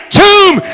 tomb